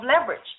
leverage